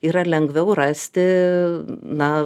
yra lengviau rasti na